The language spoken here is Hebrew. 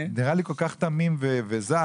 נראה לי כל כך תמים וזך,